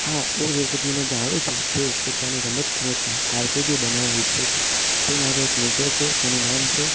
હા હું એવી વ્યક્તિને જાણું છું તે પોતાની રમતગમતમાં કારકિર્દી બનાવવા ઈચ્છે છે તે મારો એક મિત્ર છે તેનું નામ છે